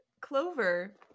Clover